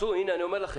הנה אני אומר,